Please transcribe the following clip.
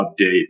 update